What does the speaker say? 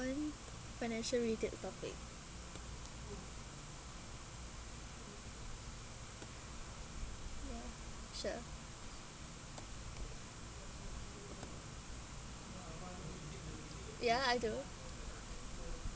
financial related topic sure ya I do